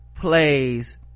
plays